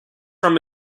from